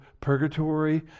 purgatory